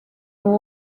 wawe